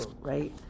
right